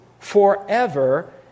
forever